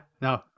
no